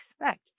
expect